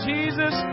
Jesus